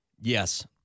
Yes